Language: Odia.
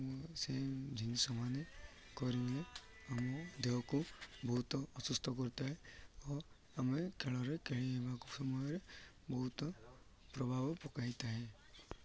ମୁ ସେ ଜିନିଷ ମାନ କରେ ଆମ ଦେହକୁ ବହୁତ ଅସୁସ୍ଥ କରିଥାଏ ଓ ଆମେ ଖେଳରେ ଖେଳିବା ସମୟରେ ବହୁତ ପ୍ରଭାବ ପକାଇଥାଏ